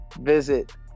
Visit